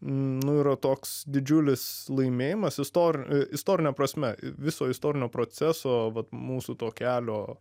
nu yra toks didžiulis laimėjimas istorine istorine prasme viso istorinio proceso vat mūsų to kelio